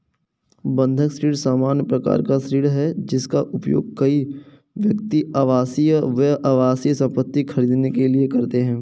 बंधक ऋण सामान्य प्रकार का ऋण है, जिसका उपयोग कई व्यक्ति आवासीय, व्यावसायिक संपत्ति खरीदने के लिए करते हैं